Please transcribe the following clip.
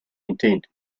intent